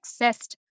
accessed